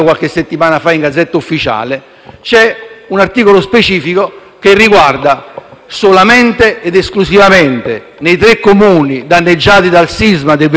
c'è un articolo che riguarda solo ed esclusivamente i tre Comuni danneggiati dal sisma del 26 novembre 2017